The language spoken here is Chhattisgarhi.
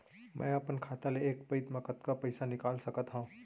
मैं अपन खाता ले एक पइत मा कतका पइसा निकाल सकत हव?